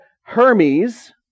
Hermes